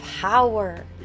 power